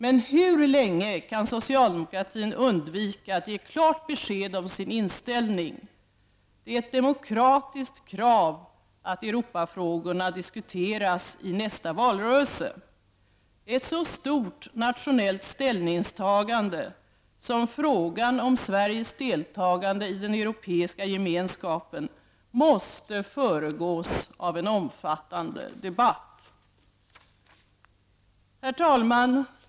Men hur länge kan socialdemokratin undvika att ge klart besked om sin inställning? Det är ett demokratiskt krav att Europafrågorna diskuteras i nästa valrörelse. Ett så stort nationellt ställningstagande som frågan om Sveriges deltagande i Europeiska gemenskapen måste föregås av en omfattande debatt. Herr talman!